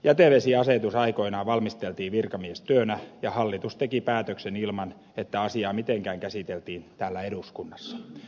jätevesiasetus aikoinaan valmisteltiin virkamiestyönä ja hallitus teki päätöksen ilman että asiaa mitenkään käsiteltiin täällä eduskunnassa